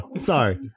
Sorry